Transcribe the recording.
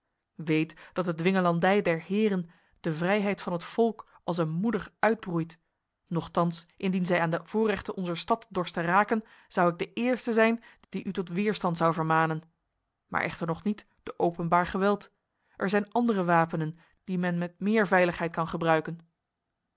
weet dat de dwingelandij der heren de vrijheid van het volk als een moeder uitbroeit nochtans indien zij aan de voorrechten onzer stad dorsten raken zou ik de eerste zijn die u tot weerstand zou vermanen maar echter nog niet door openbaar geweld er zijn andere wapenen die men met meer veiligheid kan gebruiken